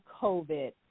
COVID